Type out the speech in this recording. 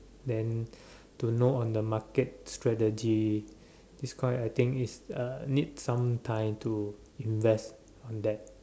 then to know on the market strategy these kind I think is uh need some time to invest on that